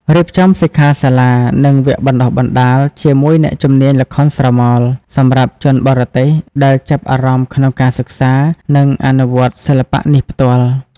រៀបចំសិក្ខាសាលា និងវគ្គបណ្តុះបណ្តាល ជាមួយអ្នកជំនាញល្ខោនស្រមោល សម្រាប់ជនបរទេសដែលចាប់អារម្មណ៍ក្នុងការសិក្សា និងអនុវត្តសិល្បៈនេះផ្ទាល់។